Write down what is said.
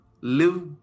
live